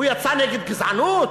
הוא יצא נגד גזענות?